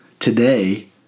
Today